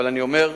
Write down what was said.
אבל אני אומר,